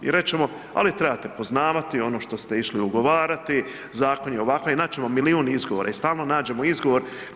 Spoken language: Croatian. I reć ćemo a vi trebate poznavati ono što ste išli ugovarati, zakon je ovakav i nać ćemo milijun izgovora i stvarno nađemo izgovor.